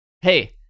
Hey